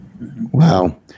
Wow